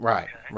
Right